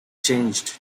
changed